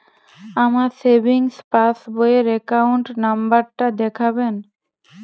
আমার savings passbook র account number টা দেখাবেন?